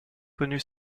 connu